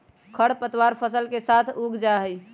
खर पतवार फसल के साथ उग जा हई